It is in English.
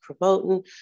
promoting